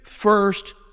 first